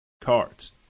cards